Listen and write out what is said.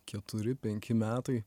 keturi penki metai